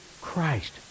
Christ